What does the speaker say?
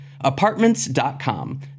Apartments.com